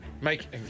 make